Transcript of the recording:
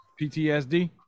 PTSD